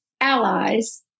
allies